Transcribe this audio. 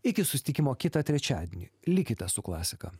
iki susitikimo kitą trečiadienį likite su klasika